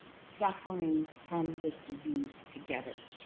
suffering from this disease together.